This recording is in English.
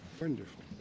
Wonderful